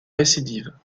récidive